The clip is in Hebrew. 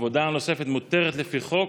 העבודה הנוספת מותרת לפי חוק,